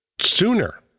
sooner